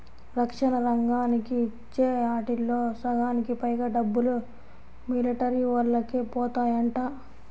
రక్షణ రంగానికి ఇచ్చే ఆటిల్లో సగానికి పైగా డబ్బులు మిలిటరీవోల్లకే బోతాయంట